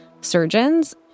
surgeons